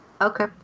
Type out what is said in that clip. Okay